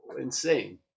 insane